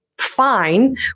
Fine